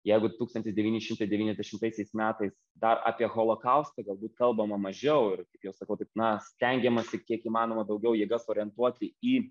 jeigu tūkstantis devyni šimtai devyniasdešimtaisiais metais dar apie holokaustą galbūt kalbama mažiau ir kaip jau sakau taip na stengiamasi kiek įmanoma daugiau jėgas orientuoti į